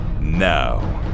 now